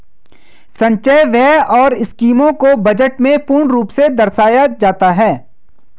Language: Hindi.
संचय व्यय और स्कीमों को बजट में पूर्ण रूप से दर्शाया जाता है